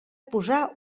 posar